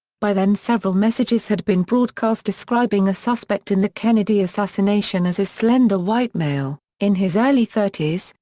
by then several messages had been broadcast describing a suspect in the kennedy assassination as as slender white male, in his early thirties,